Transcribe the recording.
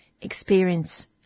experience